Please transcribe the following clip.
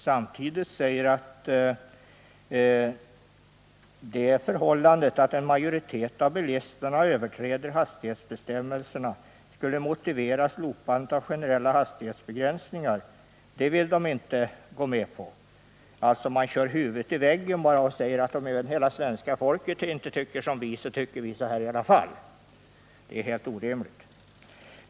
Samtidigt säger utskottet att man inte vill gå med på att det förhållandet att en majoritet av bilisterna överträder hastighetsbestämmelserna skulle motivera ett slopande av de generella hastighetsbegränsningarna. Man kör alltså huvudet i väggen och säger att även om hela svenska folket inte tycker som vi så tycker vi så här i alla fall. Det är helt orimligt.